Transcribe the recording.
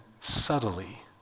subtly